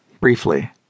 briefly